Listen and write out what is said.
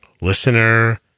Listener